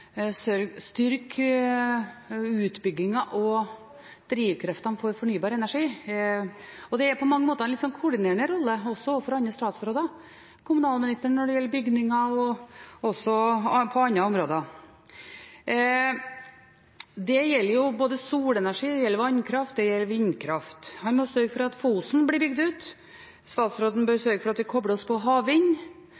også overfor andre statsråder, f.eks. kommunalministeren når det gjelder bygninger, og på andre områder. Det gjelder både solenergi, vannkraft og vindkraft. Han må sørge for at Fosen blir bygd ut. Statsråden bør sørge for at vi kobler oss på havvind.